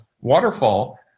waterfall